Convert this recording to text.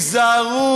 היזהרו,